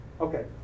Okay